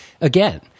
again